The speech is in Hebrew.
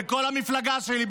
בכל המפלגה שלי,